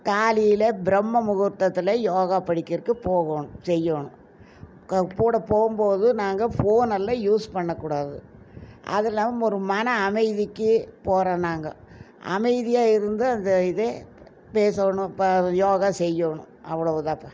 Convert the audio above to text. காலையில் பிரம்ம முகூர்த்தத்தில் யோகா படிக்கிறதுக்கு போகணும் செய்யணும் க கூட போகும்போது நாங்கள் ஃபோனெல்லாம் யூஸ் பண்ண கூடாது அது இல்லாமல் ஒரு மன அமைதிக்கு போகிறோம் நாங்கள் அமைதியாக இருந்து அந்த இதை பேசணும் இப்போது யோகா செய்யணும் அவ்வளவுதான்பா